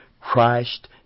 Christ